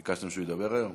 ביקשתם שהוא ידבר היום?